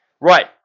Right